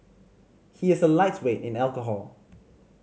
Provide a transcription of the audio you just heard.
he is a lightweight in alcohol